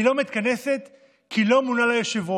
היא לא מתכנסת כי לא מונה לה יושב-ראש.